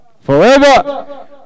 forever